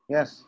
Yes